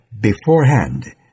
beforehand